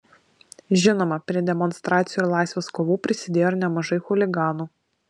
žinoma prie demonstracijų ir laisvės kovų prisidėjo ir nemažai chuliganų